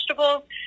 vegetables